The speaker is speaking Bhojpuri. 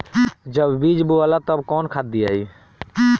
जब बीज बोवाला तब कौन खाद दियाई?